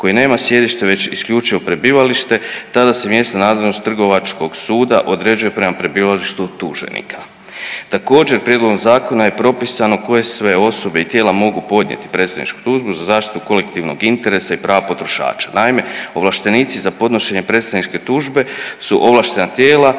koji nema sjedište već isključivo prebivalište tada se mjesna nadležnost Trgovačkog suda određuje prema prebivalištu tuženika. Također, prijedlogom zakona je propisano koje sve osobe i tijela mogu podnijeti predstavničku tužbu za zaštitu kolektivnog interesa i prava potrošača. Naime, ovlaštenici za podnošenje predstavničke tužbe su ovlaštena tijela